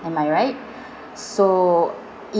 am I right so